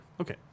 Okay